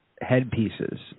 headpieces